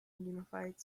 unified